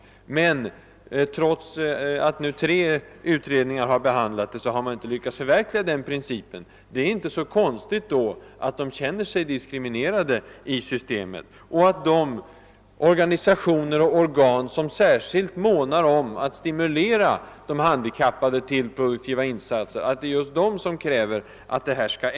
Men trots att tre utredningar behandlat frågan har man inte lyckats förverkliga denna princip. Det är inte så konstigt då att det är just de organisationer och organ som särskilt månar om att stimulera de handikappade till produktiva insatser, som kräver en ändring härvidlag.